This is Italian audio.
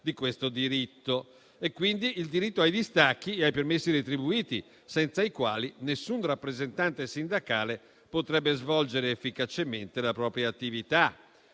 di questo diritto; penso, quindi, al diritto ai distacchi e ai permessi retribuiti, senza i quali nessun rappresentante sindacale potrebbe svolgere efficacemente la propria attività.